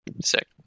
Sick